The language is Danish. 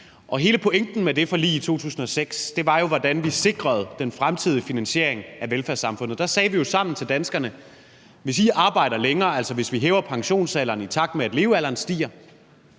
Hele pointen med det forlig i 2006 var jo at sikre den fremtidige finansiering af velfærdssamfundet. Der sagde vi sammen til danskerne, at hvis I arbejder længere – hvis vi hæver pensionsalderen, i takt med at levealderen stiger